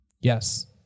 Yes